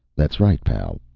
that's right, pal,